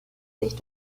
sich